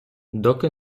доки